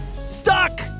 Stuck